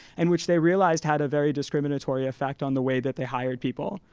in which they realized had a very discriminatory affect on the way that they hired people.